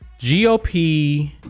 GOP